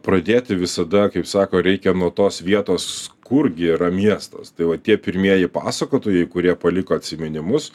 pradėti visada kaip sako reikia nuo tos vietos kurgi yra miestas tai va tie pirmieji pasakotojai kurie paliko atsiminimus